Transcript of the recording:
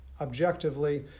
Objectively